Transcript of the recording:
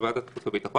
לוועדת החוץ והביטחון